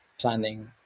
planning